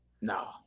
No